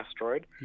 asteroid